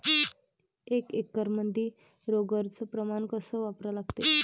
एक एकरमंदी रोगर च प्रमान कस वापरा लागते?